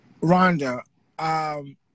Rhonda